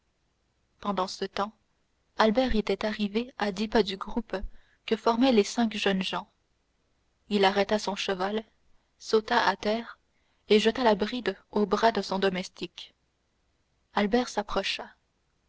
pendant ce temps albert était arrivé à dix pas du groupe que formaient les cinq jeunes gens il arrêta son cheval sauta à terre et jeta la bride au bras de son domestique albert s'approcha